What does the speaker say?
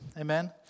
Amen